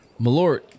Malort